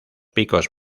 picos